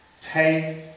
Take